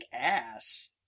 ass